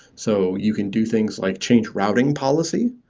so you can do things like change routing policy.